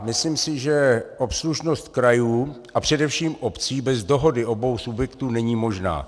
Myslím si, že obslužnost krajů a především obcí bez dohody obou subjektů není možná.